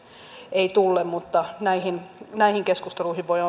ei tulle mutta näihin näihin keskusteluihin